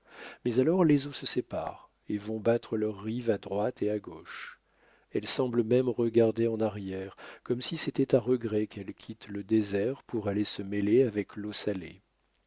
mais alors les eaux se séparent et vont battre leurs rives à droite et à gauche elles semblent même regarder en arrière comme si c'était à regret qu'elles quittent le désert pour aller se mêler avec l'eau salée